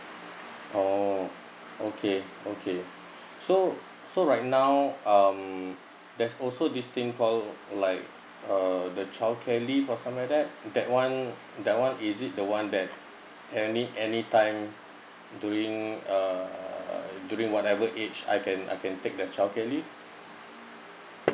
oh okay okay so so right now um there's also this thing called like uh the childcare leave or something like that that one that one is it the one that any any time during uh during whatever age I can I can take the childcare leave